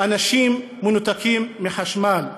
אנשים מנותקים מחשמל.